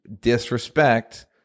disrespect